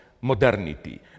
modernity